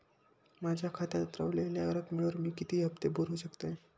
माझ्या खात्यात रव्हलेल्या रकमेवर मी किती हफ्ते भरू शकतय?